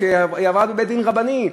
והיא עברה בבית-דין רבני.